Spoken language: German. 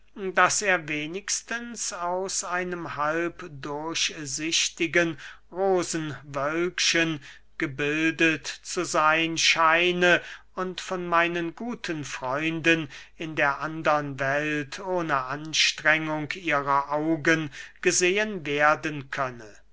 daß er wenigstens aus einem halbdurchsichtigen rosenwölkchen gebildet zu seyn scheinen und von meinen guten freunden in der andern welt ohne anstrengung ihrer augen gesehen werden könne